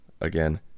again